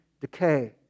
decay